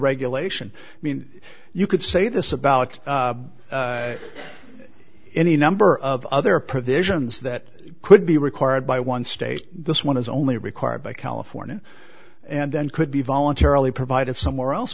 regulation i mean you could say this about any number of other provisions that could be required by one state this one is only required by california and then could be voluntarily provided somewhere else